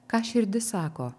ką širdis sako